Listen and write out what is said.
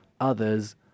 others